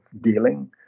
dealing